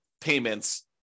payments